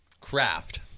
craft